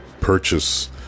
purchase